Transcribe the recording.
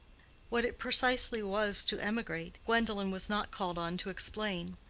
what it precisely was to emigrate, gwendolen was not called on to explain.